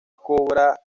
cobra